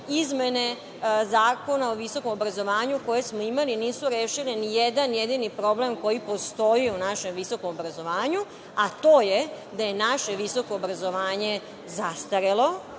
izmene Zakona o visokom obrazovanju koje imamo, nisu rešile ni jedan jedini problem koji postoji u našem visokom obrazovanju, a to je da je naše visoko obrazovanje zastarelo,